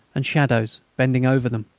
and shadows bending over them.